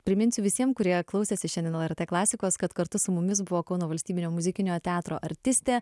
priminsiu visiem kurie klausėsi šiandien el er t klasikos kad kartu su mumis buvo kauno valstybinio muzikinio teatro artistė